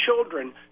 children